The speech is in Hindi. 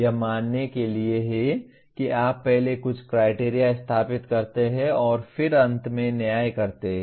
यह मानने के लिए है कि आप पहले कुछ क्राइटेरिया स्थापित करते हैं और फिर अंत में न्याय करते हैं